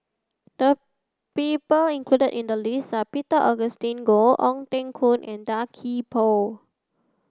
the people included in the list are Peter Augustine Goh Ong Teng Koon and Tan Gee Paw